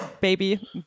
baby